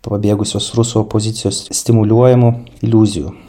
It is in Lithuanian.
pabėgusios rusų opozicijos stimuliuojamų iliuzijų